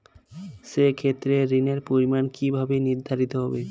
সে ক্ষেত্রে ঋণের পরিমাণ কিভাবে নির্ধারিত হবে?